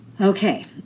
Okay